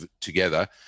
together